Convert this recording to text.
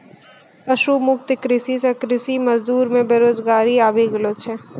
पशु मुक्त कृषि से कृषि मजदूर मे बेरोजगारी आबि गेलो छै